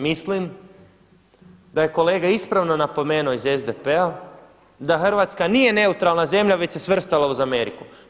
Mislim da je kolega ispravno napomenuo iz SDP-a da Hrvatska nije neutralna zemlja već se svrstala uz Ameriku.